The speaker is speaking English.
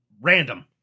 random